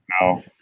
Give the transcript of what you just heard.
No